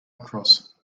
across